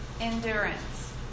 endurance